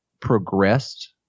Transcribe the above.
progressed